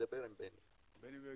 דבר עם בני בגין.